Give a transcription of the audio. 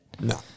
No